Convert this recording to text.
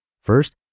First